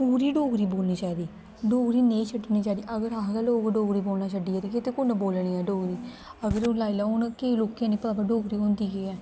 पूरी डोगरी बोलनी चाहिदी डोगरी नेईं छड्डनी चाहिदी अगर अस गै लोग डोगरी बोलना छड्डी गे फिर ते किन्ने बोलने ऐ डोगरी अगर लाई लैओ हून केईं लोकैं हैन्नी पता भाई डोगरी होंदी केह् ऐ